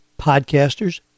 podcasters